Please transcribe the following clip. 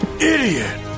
Idiot